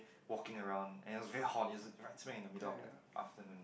walking around and it was very hot it was right smack in the middle of afternoon